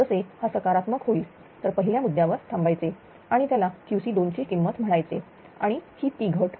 जसे हा सकारात्मक होईल तर पहिल्या मुद्द्यावर थांबायचे आणि त्याला QC2 ची किंमत म्हणायचे आणि ही ती घट